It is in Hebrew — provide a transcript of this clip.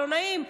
לא נעים.